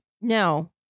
No